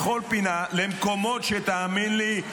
לכל פינה, למקומות, תאמין לי,